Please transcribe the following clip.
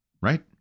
Right